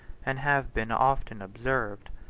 and have been often observed.